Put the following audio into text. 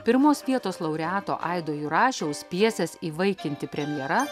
pirmos vietos laureato aido jurašiaus pjesės įvaikinti premjera